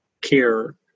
care